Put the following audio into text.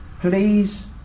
please